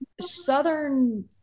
Southern